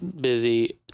busy